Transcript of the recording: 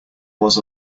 was